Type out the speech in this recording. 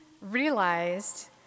realized